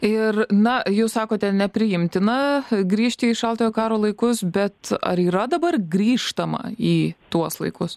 ir na jūs sakote nepriimtina grįžti į šaltojo karo laikus bet ar yra dabar grįžtama į tuos laikus